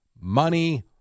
Money